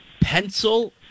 pencil